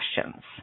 questions